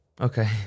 Okay